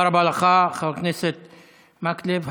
תודה רבה לך, חבר הכנסת מקלב.